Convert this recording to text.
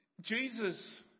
Jesus